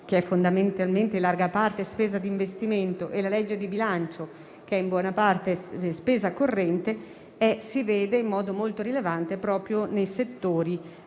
che è fondamentalmente in larga parte spesa di investimento, e la legge di bilancio, che è in buona parte spesa corrente, si vede in modo molto rilevante proprio nei settori